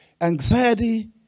anxiety